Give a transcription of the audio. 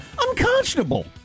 unconscionable